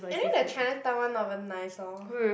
and then the Chinatown [one] not even nice lor